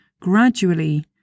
Gradually